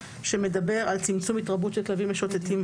שמדבר על צמצום התרבות של כלבים משוטטים,